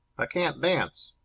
i can't dance.